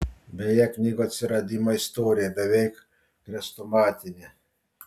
beje knygų atsiradimo istorija beveik chrestomatinė